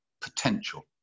Potential